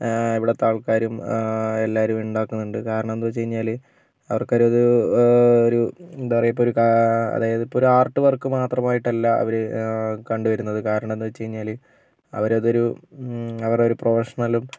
ഇവിടുത്തെ ആൾക്കാരും എല്ലാവരും ഉണ്ടാക്കുന്നുണ്ട് കാരണം എന്താന്ന് വെച്ച് കഴിഞ്ഞാല് അവർക്ക് അത് ഒരു എന്താ പറയുക അതായത് ഒരു ആർട്ട് വർക്ക് മാത്രമായിട്ട് അല്ല അവര് കണ്ട് വരുന്നത് കാരണം എന്ന് വെച്ച് കഴിഞ്ഞാല് അവര് അത് ഒരു പ്രൊഫഷണലും